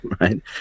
right